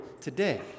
today